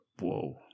whoa